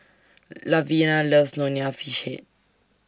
Lavina loves Nonya Fish Head